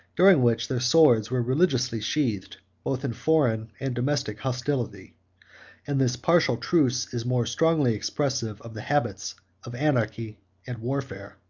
during which their swords were religiously sheathed both in foreign and domestic hostility and this partial truce is more strongly expressive of the habits of anarchy and warfare.